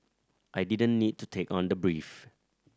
I didn't need to take on the brief